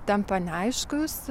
tampa neaiškūs